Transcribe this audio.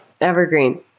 Evergreen